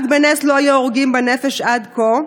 רק בנס לא היו הרוגים בנפש עד כה,